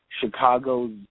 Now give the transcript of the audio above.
Chicago's